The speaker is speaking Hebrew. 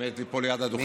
הם יושבים פה ליד הדוכן.